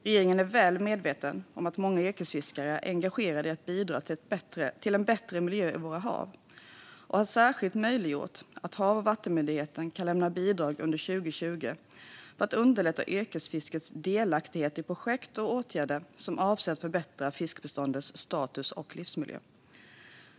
Regeringen är väl medveten om att många yrkesfiskare är engagerade i att bidra till en bättre miljö i våra hav och har särskilt möjliggjort att Havs och vattenmyndigheten kan lämna bidrag under 2020 för att underlätta yrkesfiskets delaktighet i projekt och åtgärder som avser att förbättra fiskbeståndens status och livsmiljö.